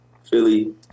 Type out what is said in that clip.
Philly